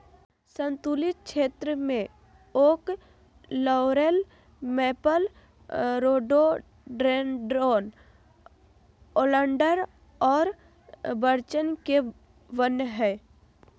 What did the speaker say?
सन्तुलित क्षेत्र में oak, laurel, maple, rhododendron, alder और बर्च के वन हइ